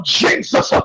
jesus